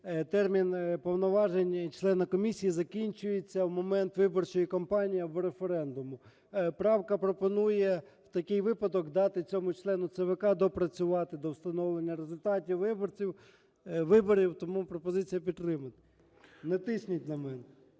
термін повноважень члена комісії закінчується в момент виборчої кампанії або референдуму. Правка пропонує в такий випадок дати цьому члену ЦВК доопрацювати до встановлення результатів виборів. Тому пропозиція підтримати. Не тисніть на мене.